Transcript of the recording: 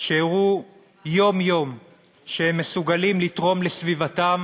שהראו יום-יום שהם מסוגלים לתרום לסביבתם